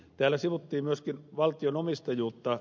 täällä sivuttiin myöskin valtion omistajuutta